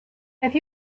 have